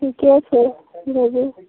ठीके छै भेजू